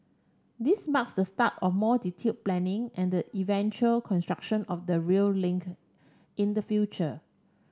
this marks the start of more detail planning and the eventual construction of the rail link in the future